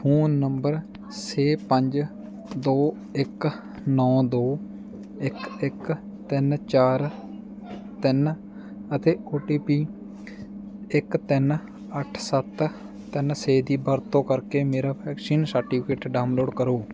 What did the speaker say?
phone number ਛੇ ਪੰਜ ਦੋ ਇੱਕ ਨੌਂ ਦੋ ਇੱਕ ਇੱਕ ਤਿੰਨ ਚਾਰ ਤਿੰਨ ਅਤੇ ਓ ਟੀ ਪੀ ਇੱਕ ਤਿੰਨ ਅੱਠ ਸੱਤ ਤਿੰਨ ਛੇ ਦੀ ਵਰਤੋਂ ਕਰਕੇ ਮੇਰਾ ਵੈਕਸੀਨ ਸਰਟੀਫਿਕੇਟ ਡਾਊਨਲੋਡ ਕਰੋ